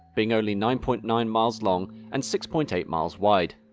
being only nine point nine miles long and six point eight miles wide.